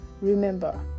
Remember